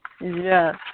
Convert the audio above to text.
Yes